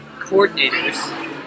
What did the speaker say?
coordinators